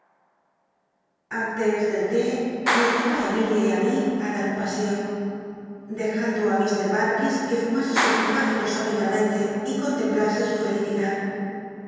antes d'cl t no llc ó i emilia y i mi i dar un paseo dejando h darkis que fumase su pipa filosófica mente y con templa e su felicidad